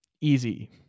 easy